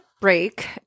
break